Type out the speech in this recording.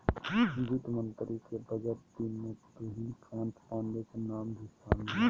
वित्त मंत्री के बजट टीम में तुहिन कांत पांडे के नाम भी शामिल हइ